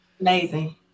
Amazing